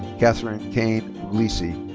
katherine cayne puglisi.